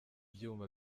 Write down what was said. byuma